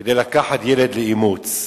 כדי לקחת ילד לאימוץ,